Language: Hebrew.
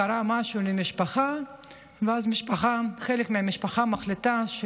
קרה משהו במשפחה ואז חלק מהמשפחה מחליט שהוא